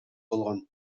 болгон